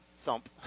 thump